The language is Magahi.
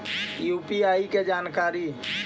यु.पी.आई के जानकारी?